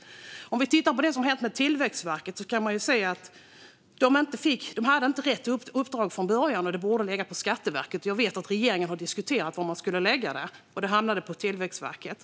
Om vi tittar på det som hänt med Tillväxtverket kan vi se att de inte hade rätt uppdrag från början. Det borde ha legat på Skatteverket. Jag vet att regeringen diskuterade var man skulle lägga det, och det hamnade på Tillväxtverket.